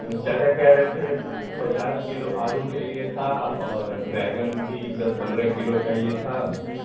चाचा कह रहे थे पचास किलो आलू चाहिए था और बैंगन भी दस पन्द्रह किलो चाहिए था